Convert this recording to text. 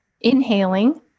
inhaling